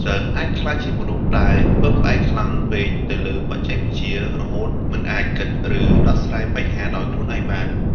សិស្សអាចក្លាយជាមនុស្សដែលពឹងផ្អែកខ្លាំងពេកទៅលើបច្ចេកវិទ្យា រហូតមិនអាចគិត ឬដោះស្រាយបញ្ហាដោយខ្លួនឯងបាន។